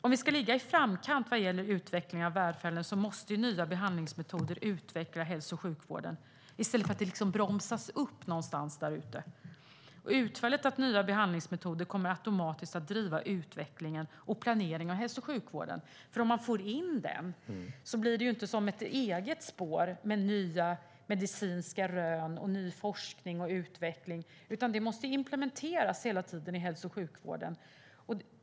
Om vi ska ligga i framkant vad gäller utveckling av välfärden måste nya behandlingsmetoder utveckla hälso och sjukvården i stället för att det liksom bromsas upp någonstans därute. Utfallet av nya behandlingsmetoder kommer automatiskt att driva utvecklingen och planeringen av hälso och sjukvården. Om man får in den blir det inte som ett eget spår, med nya medicinska rön och ny forskning och utveckling, utan det måste hela tiden implementeras i hälso och sjukvården.